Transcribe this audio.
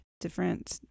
different